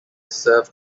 serve